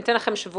ניתן לכם שבועיים.